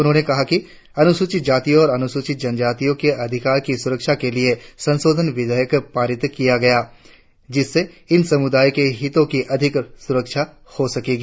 उन्होंने कहा कि अनुसूचित जातियों और अनुसूचित जनजातियों के अधिकारों की सुरक्षा के लिए संशोधन विधेयक पारित किया गया जिससे इन समुदायों के हितों की अधिक सुरक्षा हो सकेगी